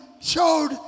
showed